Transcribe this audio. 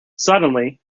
suddenly